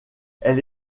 elle